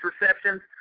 receptions